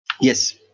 Yes